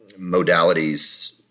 modalities